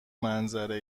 منظره